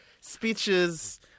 speeches